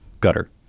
gutter